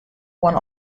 one